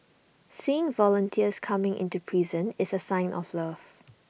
seeing volunteers coming into prison is A sign of love